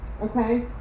okay